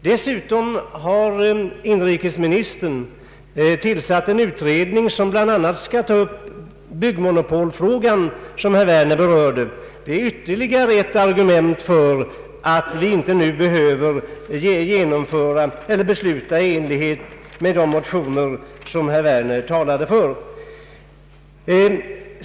Dessutom har inrikesministern tillsatt en utredning, som bl.a. skall ta upp byggmonopolfrågan, som herr Werner berörde. Det är ytterligare ett argument för att vi inte nu behöver besluta i enlighet med de motioner som herr Werner talade för.